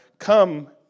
Come